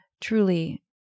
truly